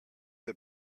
the